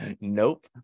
nope